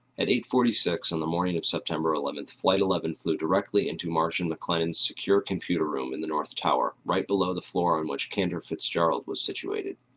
at eight forty six on the morning of september eleven, flight eleven flew directly into marsh and mclenan's secure computer room in the north tower right below the floor on which cantor fitzgerald was situated.